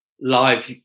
live